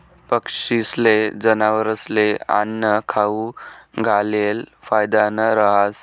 पक्षीस्ले, जनावरस्ले आन्नं खाऊ घालेल फायदानं रहास